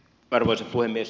arvoisa puhemies